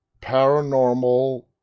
paranormal